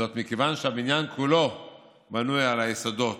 וזאת מכיוון שהבניין כולו בנוי על היסודות,